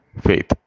faith